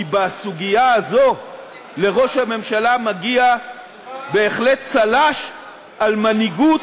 כי בסוגיה הזאת לראש הממשלה מגיע בהחלט צל"ש על מנהיגות